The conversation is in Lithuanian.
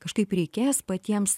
kažkaip reikės patiems